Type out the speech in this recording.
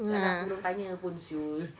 !siala! aku belum tanya pun [siol]